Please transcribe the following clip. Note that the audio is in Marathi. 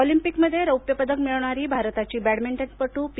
ऑलिम्पिकमध्ये रौप्य पदक मिळवणारी भारताची बॅडमिंटनपटू पी